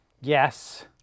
Yes